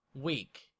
week